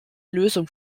lösung